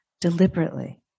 deliberately